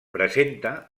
presenta